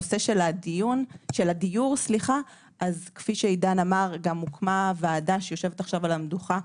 בנושא של הדיור גם הוקמה ועדה שיושבת עכשיו על המדוכה,